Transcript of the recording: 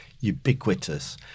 ubiquitous